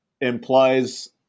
implies